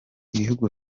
ibihugu